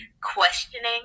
questioning